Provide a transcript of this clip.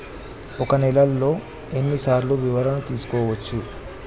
ఒక నెలలో ఎన్ని సార్లు వివరణ చూసుకోవచ్చు?